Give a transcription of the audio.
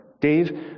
Dave